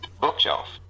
Bookshelf